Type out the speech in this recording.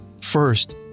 First